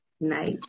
Nice